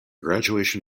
graduation